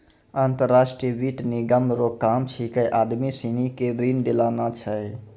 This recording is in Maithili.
अंतर्राष्ट्रीय वित्त निगम रो काम छिकै आदमी सनी के ऋण दिलाना छै